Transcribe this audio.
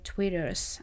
Twitter's